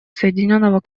соединенного